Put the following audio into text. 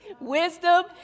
Wisdom